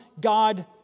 God